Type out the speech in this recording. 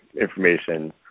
information